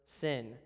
sin